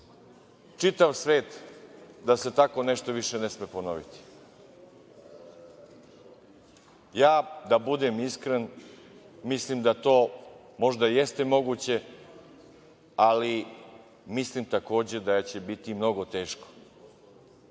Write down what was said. čitav svet da se tako nešto više ne sme ponoviti? Ja, da budem iskren, mislim da to možda jeste moguće, ali mislim, takođe, da će biti mnogo teško. Jedan